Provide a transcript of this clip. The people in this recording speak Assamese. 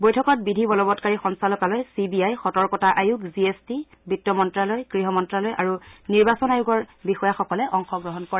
বৈঠকত বিধিবলবৎকাৰী সঞ্চালকালয় চি বি আই সতৰ্কতা আয়োগ জি এছ টি বিত্তমন্ত্যালয় গৃহমন্ত্যালয় আৰু নিৰ্বাচন আয়োগৰ বিষয়াসকলে অংশগ্ৰহণ কৰে